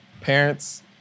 Parents